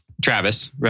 Travis